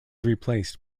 replaced